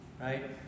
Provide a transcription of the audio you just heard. right